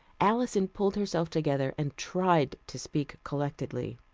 alison pulled herself together and tried to speak collectedly.